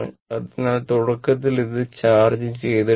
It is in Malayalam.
അതിനാൽ തുടക്കത്തിൽ ഇത് ചാർജ് ചെയ്തിട്ടില്ല